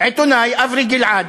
העיתונאי אברי גלעד,